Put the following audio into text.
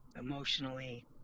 Emotionally